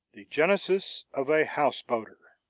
the genesis of a houseboater.